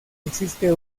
existe